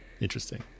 Interesting